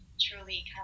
truly